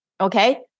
Okay